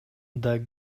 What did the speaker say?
дагы